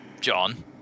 John